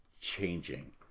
changing